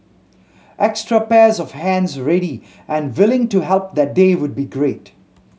extra pairs of hands ready and willing to help that day would be great